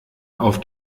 auf